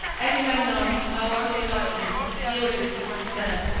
agamemnon, however reluctant, yielded his consent,